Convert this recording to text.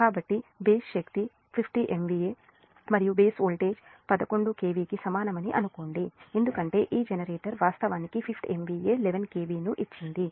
కాబట్టి బేస్ శక్తి 50 MVA మరియు బేస్ వోల్టేజ్ 11 KV కి సమానమని అనుకోండి ఎందుకంటే ఈ జనరేటర్ వాస్తవానికి 50 MVA 11 KV ను ఇచ్చింది